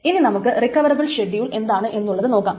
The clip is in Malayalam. ഇനി നമുക്ക് റിക്കവറബിൾ ഷെഡ്യൂൾ എന്താണ് എന്നുള്ളത് നോക്കാം